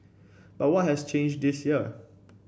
but what has changed this year